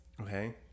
Okay